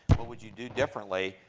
what would you do differently?